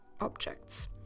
objects